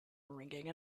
ringing